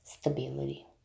stability